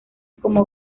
como